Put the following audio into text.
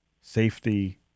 safety